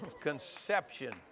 Conception